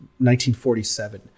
1947